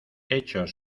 hechos